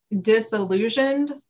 disillusioned